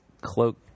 cloak